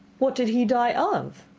what did he die of?